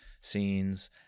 scenes